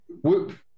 whoop